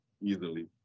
easily